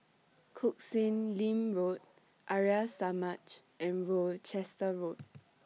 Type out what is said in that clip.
Koh Sek Lim Road Arya Samaj and Worcester Road